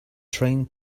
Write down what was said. train